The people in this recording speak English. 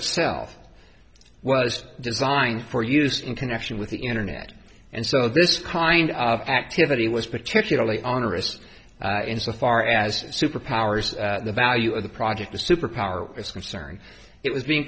itself was designed for use in connection with the internet and so this kind of activity was particularly onerous insofar as superpowers the value of the project the superpower is concerned it was being